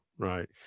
right